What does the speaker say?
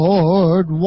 Lord